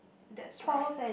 that's right